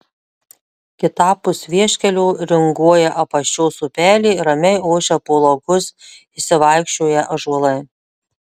kitapus vieškelio ringuoja apaščios upelė ramiai ošia po laukus išsivaikščioję ąžuolai